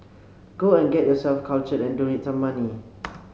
go and get yourself cultured and donate some money